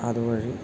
അതുവഴി